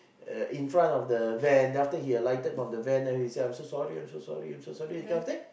uh in front of the van then after that he alighted from the van then he say I'm so sorry I'm so sorry I'm so sorry that kind of thing